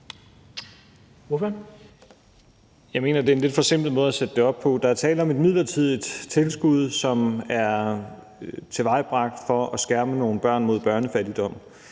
Jeg mener, det er en lidt forsimplet måde at sætte det op på. Der er tale om et midlertidigt tilskud, som er tilvejebragt for at skærme nogle børn mod børnefattigdom.